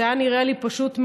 וזה נראה לי פשוט מאוד,